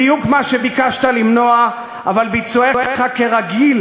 אבל אם להיות מדויק, בכל זאת